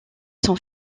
son